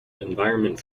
environment